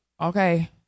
Okay